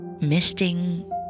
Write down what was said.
misting